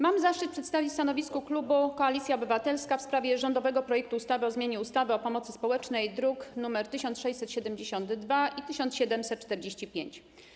Mam zaszczyt przedstawić stanowisko klubu Koalicja Obywatelska w sprawie rządowego projektu ustawy o zmianie ustawy o pomocy społecznej, druki nr 1672 i 1745.